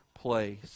place